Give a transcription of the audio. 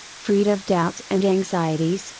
freed of doubts and anxieties,